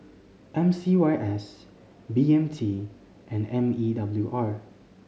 M C Y S B M T and M E W R